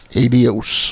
adios